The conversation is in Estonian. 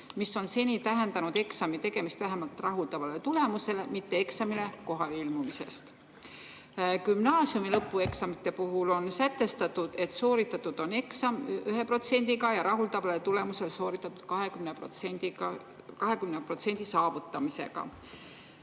mis on seni tähendanud eksami tegemist vähemalt rahuldavale tulemusele, mitte eksamile kohaleilmumist. Gümnaasiumi lõpueksamite puhul on sätestatud, et eksam on sooritatud 1%‑ga ja rahuldava tulemusega sooritatud 20% saavutamisega.